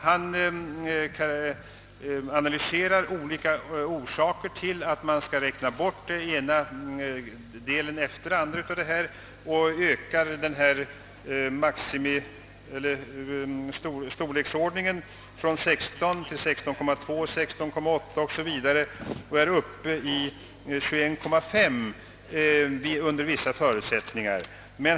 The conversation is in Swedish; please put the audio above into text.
Han analyserar olika orsaker till att man skall räkna bort den ena arten efter den andra av de små jordbruken samtidigt som man ökar storleksordningen från 16 till 16,2, 16,8 o.s.v. och kommer upp i 21,5 ha under vissa förutsättningar.